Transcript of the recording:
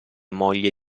moglie